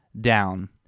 down